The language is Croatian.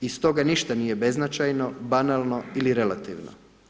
I stoga ništa nije beznačajno, banalno ili relativno.